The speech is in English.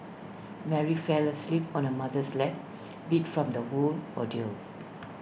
Mary fell asleep on her mother's lap beat from the whole ordeal